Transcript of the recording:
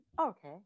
Okay